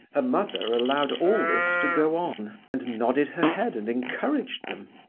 her mother allowed all this to go on, and nodded her head and encouraged them.